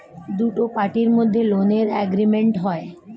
দুটো পার্টির মধ্যে লোনের এগ্রিমেন্ট হয়